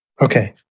Okay